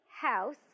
house